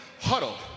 huddle